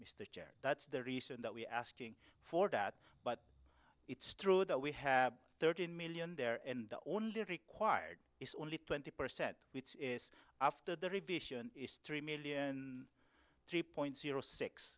chair that's the reason that we're asking for that but it's true that we have thirteen million there and only required is only twenty percent which is after the revision is three million three point zero six